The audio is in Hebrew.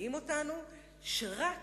מרגיעים אותנו שרק,